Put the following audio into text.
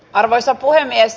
arvoisa puhemies